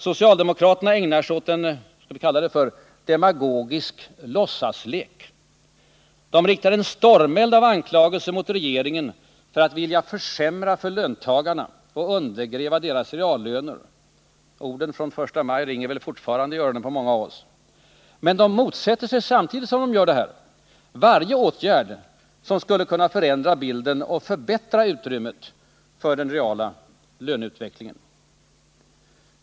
Socialdemokraterna ägnar sig åt en demagogisk låtsaslek. De riktar en stormeld av anklagelser mot regeringen för att vilja försämra för löntagarna och undergräva deras reallöner. Orden från 1 maj ringer väl fortfarande i öronen på många av oss. Men socialdemokraterna motsätter sig samtidigt varje åtgärd som skulle kunna förändra bilden och förbättra utrymmet för den reella löneutvecklingen.